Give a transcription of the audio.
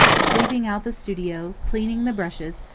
sweeping out the studio, cleaning the brushes,